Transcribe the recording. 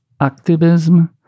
activism